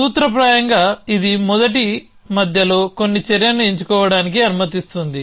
సూత్రప్రాయంగా ఇది మొదట మధ్యలో కొన్ని చర్యను ఎంచుకోవడానికి అనుమతిస్తుంది